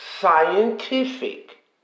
scientific